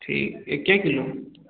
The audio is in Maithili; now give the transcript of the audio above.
ठीक एके किलो